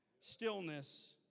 stillness